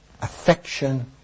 affection